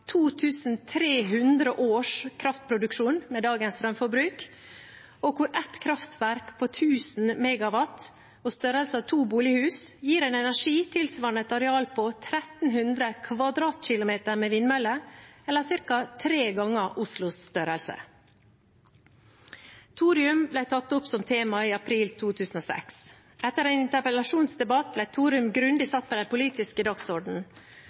års kraftproduksjon med dagens strømforbruk, og hvor ett kraftverk på 1 000 megawatt på størrelse med to bolighus gir en energi tilsvarende et areal på 1 300 km 2 med vindmøller, eller ca. tre ganger Oslos størrelse. Thorium ble tatt opp som tema i april 2006. Etter en interpellasjonsdebatt ble thorium grundig satt på den politiske